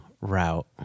route